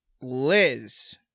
Liz